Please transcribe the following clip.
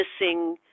missing